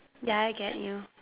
ya I get you